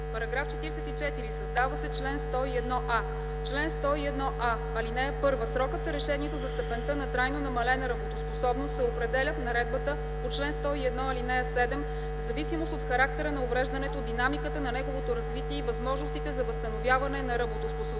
„§ 44. Създава се чл. 101а: „Чл. 101а. (1) Срокът на решението за степента на трайно намалена работоспособност се определя в наредбата по чл. 101, ал. 7 в зависимост от характера на увреждането, динамиката на неговото развитие и възможностите за възстановяване на работоспособността.